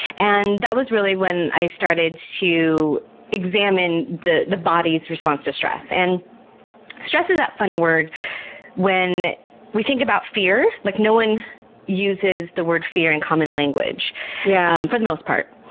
and that was really when i started to examine the the body's response to stress. and stress is that funny word when we think about fear, like no one uses the word fear in common language yeah for the most part.